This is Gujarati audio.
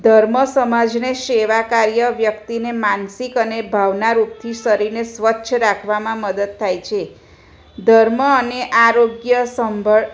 ધર્મ સમાજને સેવા કાર્ય વ્યક્તિને માનસિક અને ભાવના રૂપથી શરીરને સ્વચ્છ રાખવામાં મદદ થાય છે ધર્મ અને આરોગ્ય સંભાળ